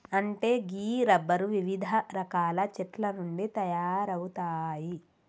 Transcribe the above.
అంటే గీ రబ్బరు వివిధ రకాల చెట్ల నుండి తయారవుతాయి